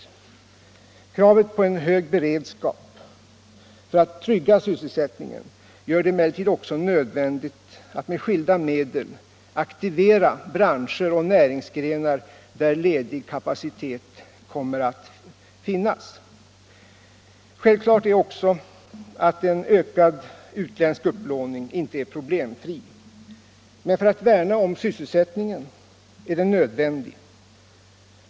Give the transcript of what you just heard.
Kravet på en hög beredskap för att trygga sysselsättningen gör det emellertid också nödvändigt att med skilda medel aktivera branscher och näringsgrenar där ledig kapacitet kommer att finnas. Självklart är också att en ökad utländsk upplåning inte är problemfri. Men för att värna om sysselsättningen är den nödvändig.